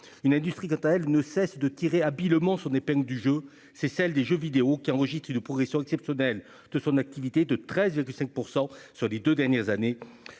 une industrie, quant à elle, ne cessent de tirer habilement son épingle du jeu, c'est celle des jeux vidéo qui enregistre une progression exceptionnelle de son activité de treize que 5 % sur les 2 dernières années,